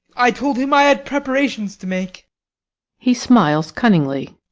i told him i had preparations to make he smiles cunningly.